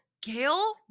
Gail